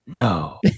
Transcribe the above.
No